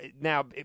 now